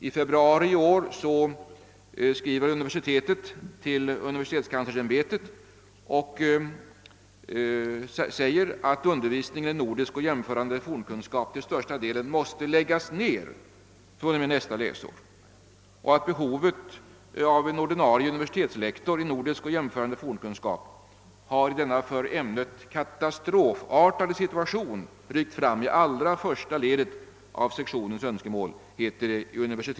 I februari skriver universitetet till UKÄ och säger, att »undervisningen i nordisk och jämförande fornkunskap till största delen måste läggas ned fr.o.m. nästa läsår» samt att »behovet av en ordinarie universitetslektor i nordisk och jämförande fornkunskap har i denna för ämnet katastrofartade situation ryckt fram i allra första ledet av sektionens önskemål».